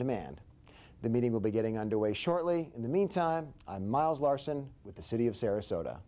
demand the meeting will be getting underway shortly in the mean time miles larson with the city of sarasota